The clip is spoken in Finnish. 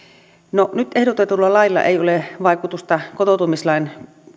nyt ehdotetulla lailla ei ole vaikutusta kotoutumislain